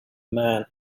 man